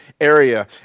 area